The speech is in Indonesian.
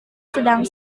sedang